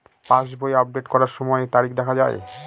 পাসবই update করার সময়ে তারিখ দেখা য়ায়?